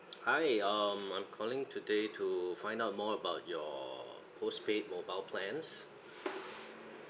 hi um I'm calling today to find out more about your postpaid mobile plans